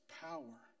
power